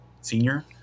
Senior